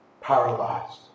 paralyzed